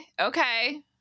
Okay